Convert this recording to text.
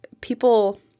people